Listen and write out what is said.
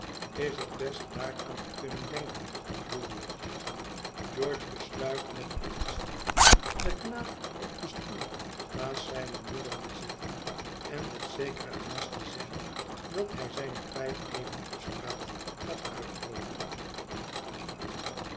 is het best daaraan te kunnen denken woolwich george besluit met op te staan den knaap op den stoel naast zijne moeder te zetten en met zekere haast te zeggen dat hij zijne pijp even op straat gaat